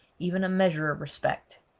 even a measure of respect.